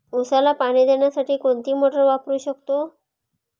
उसाला पाणी देण्यासाठी कोणती मोटार वापरू शकतो?